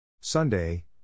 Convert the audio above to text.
Sunday